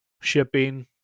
shipping